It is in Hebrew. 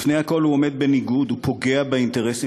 לפני הכול הוא עומד בניגוד הוא פוגע באינטרסים